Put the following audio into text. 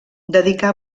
dedicà